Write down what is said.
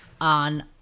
on